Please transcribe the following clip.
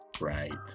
Right